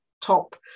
top